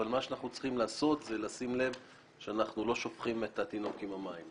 אבל אנחנו צריכים לשים לב שאנחנו לא שופכים את התינוק עם המים.